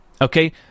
okay